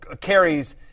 carries –